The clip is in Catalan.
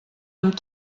amb